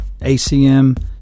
ACM